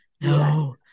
No